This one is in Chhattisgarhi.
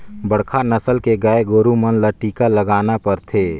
बड़खा नसल के गाय गोरु मन ल टीका लगाना परथे